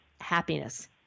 happiness